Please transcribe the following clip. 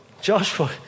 Joshua